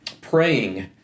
praying